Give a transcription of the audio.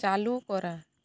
চালু করা